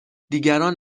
دیگران